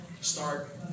start